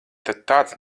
tāds